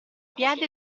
piede